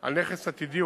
על נכס עתידי,